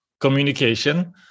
Communication